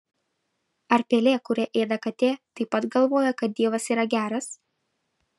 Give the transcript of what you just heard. ar pelė kurią ėda katė taip pat galvoja kad dievas yra geras